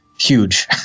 huge